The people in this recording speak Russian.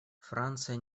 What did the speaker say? франция